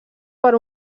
per